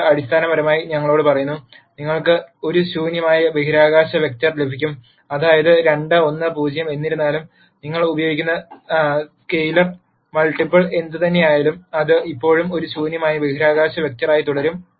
ഇത് അടിസ്ഥാനപരമായി ഞങ്ങളോട് പറയുന്നു നിങ്ങൾക്ക് ഒരു ശൂന്യമായ ബഹിരാകാശ വെക്റ്റർ ലഭിക്കും അതായത് 2 1 0 എന്നിരുന്നാലും നിങ്ങൾ ഉപയോഗിക്കുന്ന സ്കെയിലർ മൾട്ടിപ്പിൾ എന്തുതന്നെയായാലും അത് ഇപ്പോഴും ഒരു ശൂന്യമായ ബഹിരാകാശ വെക്റ്ററായി തുടരും